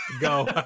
Go